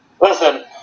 Listen